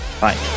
bye